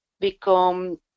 become